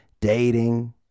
dating